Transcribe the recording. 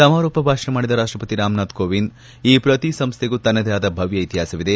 ಸಮಾರೋಪ ಭಾಷಣ ಮಾಡಿದ ರಾಷ್ಟಪತಿ ರಾಮನಾಥ್ ಕೋವಿಂದ್ ಈ ಪ್ರತಿ ಸಂಸೈಗೂ ತನ್ನದೇ ಆದ ಭವ್ಯ ಇತಿಹಾಸವಿದೆ